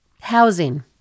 Housing